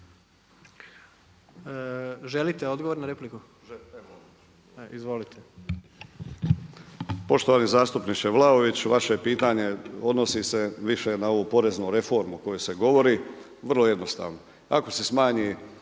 (Promijenimo Hrvatsku)** Poštovani zastupniče Vlaović vaše pitanje odnosi se više na ovu poreznu reformu o kojoj se govori, vrlo jednostavno. Ako se smanji